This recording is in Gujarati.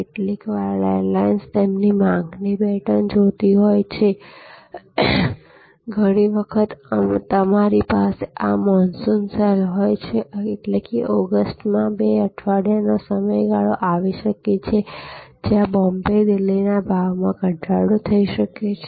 કેટલીકવાર એરલાઇન્સ તેમની માંગની પેટર્ન જોતી હોય છે તેથી ઘણી વખત તમારી પાસે મોનસૂન સેલ હોય છેએટલે કે ઓગસ્ટમાં બે અઠવાડિયાનો સમયગાળો આવી શકે છે જ્યાં બોમ્બે દિલ્હીના ભાવમાં ઘટાડો થઈ શકે છે